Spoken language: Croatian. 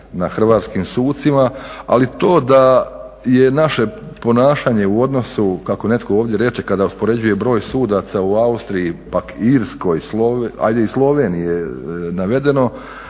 na hrvatskim sudcima, ali to da je naše ponašanje u odnosu, kako netko ovdje reče, kada uspoređuje broj sudaca u Austriji, Irskoj, ajde i Sloveniji je navedeno